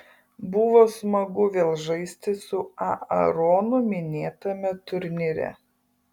buvo smagu vėl žaisti su aaronu minėtame turnyre